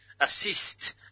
assist